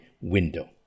window